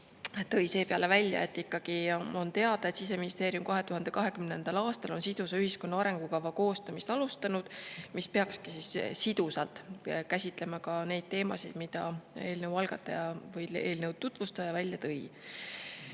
tõi seepeale välja, et ikkagi onteada, et 2020. aastal on Siseministeerium sidusa ühiskonna arengukava koostamist alustanud, mis peakski sidusalt käsitlema ka neid teemasid, mida eelnõu algataja või eelnõu tutvustaja välja tõi.